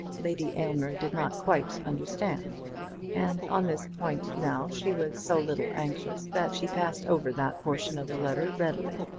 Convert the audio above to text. lady aylmer did not quite understand and on this point now she was so little anxious that she passed over that portion of the letter readily.